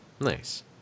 Nice